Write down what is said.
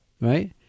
right